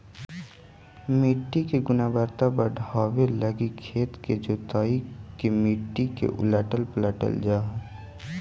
मट्टी के गुणवत्ता बढ़ाबे लागी खेत के जोत के मट्टी के उलटल पलटल जा हई